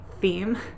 theme